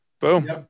boom